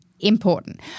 important